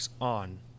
On